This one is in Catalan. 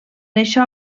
això